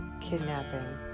kidnapping